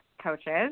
coaches